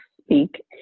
speak